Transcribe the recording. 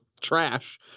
trash